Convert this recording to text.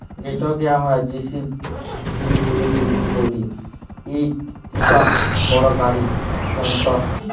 যেটকে আমরা জে.সি.বি ব্যলি ইট ইকট বড় গাড়ি যল্তর